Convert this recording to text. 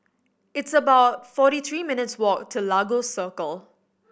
it's about forty three minutes' walk to Lagos Circle